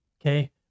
okay